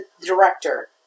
director